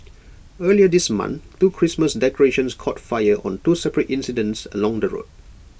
earlier this month two Christmas decorations caught fire on two separate incidents along the road